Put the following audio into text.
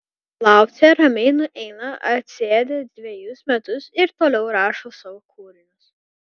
laucė ramiai nueina atsėdi dvejus metus ir toliau rašo savo kūrinius